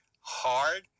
hard